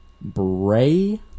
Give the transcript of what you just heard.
Bray